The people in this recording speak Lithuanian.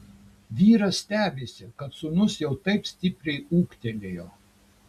vyras stebisi kad sūnus jau taip stipriai ūgtelėjo